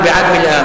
הוא בעד מליאה,